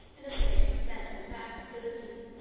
in a state of resentment and hostility.